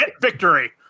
victory